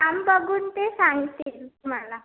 काम बघून ते सांगतील तुम्हाला